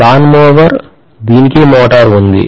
lawn mower దీనికి motor ఉంది